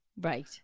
Right